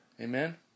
Amen